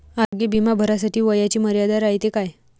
आरोग्य बिमा भरासाठी वयाची मर्यादा रायते काय?